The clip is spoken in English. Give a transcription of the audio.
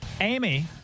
amy